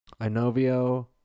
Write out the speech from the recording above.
Inovio